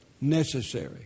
Necessary